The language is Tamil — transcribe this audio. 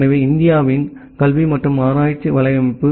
எனவே இந்தியாவின் கல்வி மற்றும் ஆராய்ச்சி வலையமைப்பு